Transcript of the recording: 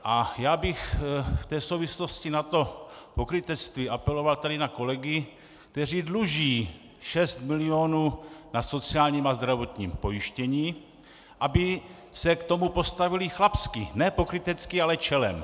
A já bych v té souvislosti na to pokrytectví apeloval tady na kolegy, kteří dluží 6 milionů na sociálním a zdravotním pojištění, aby se k tomu postavili chlapsky, ne pokrytecky, ale čelem.